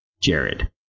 Jared